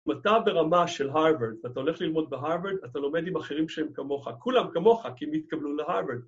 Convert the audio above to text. אם אתנ ברמה של הרווארד, אתה הולך ללמוד בהרווארד, אתה לומד עם אחרים שהם כמוך. כולם כמוך, כי הם התקבלו להרווארד.